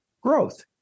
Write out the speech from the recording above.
Growth